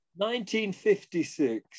1956